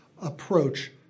approach